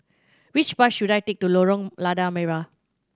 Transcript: which bus should I take to Lorong Lada Merah